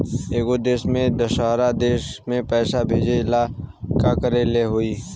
एगो देश से दशहरा देश मे पैसा भेजे ला का करेके होई?